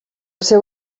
seu